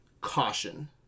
Caution